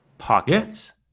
pockets